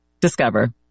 Discover